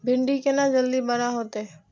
भिंडी केना जल्दी बड़ा होते?